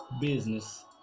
business